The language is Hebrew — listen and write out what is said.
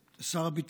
את שר הביטחון,